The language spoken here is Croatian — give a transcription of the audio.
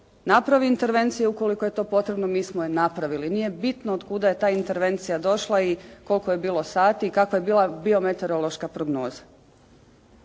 napravi intervencije ukoliko je to potrebno. Mi smo je napravili. Nije bitno od kuda je ta intervencija došla i kolko je bilo sati i kakva je bila biometeorološka prognoza.